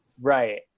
right